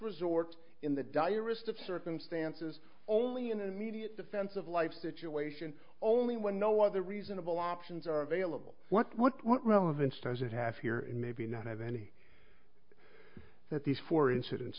resort in the direst of circumstances only an immediate defense of life situation only when no other reasonable options are available what what what relevance does it have here and maybe not have any that these four incidents